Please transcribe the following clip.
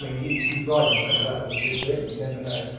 mean he's riding so well he could win, you never know.